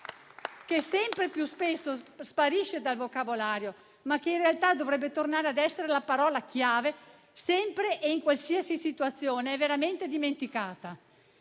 che sempre più spesso sparisce dal vocabolario, ma che in realtà dovrebbe tornare ad essere la parola chiave, sempre e in qualsiasi situazione, è veramente dimenticata.